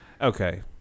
Okay